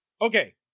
okay